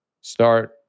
start